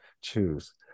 choose